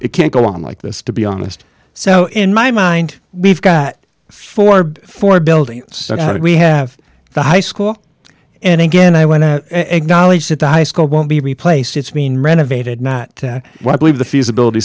it can't go on like this to be honest so in my mind we've got four for a building that we have the high school and again i went to acknowledge that the high school won't be replaced it's been renovated not that i believe the feasibility